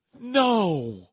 No